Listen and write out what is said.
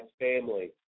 family